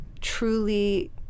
truly